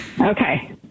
Okay